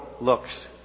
looks